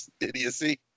idiocy